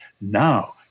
now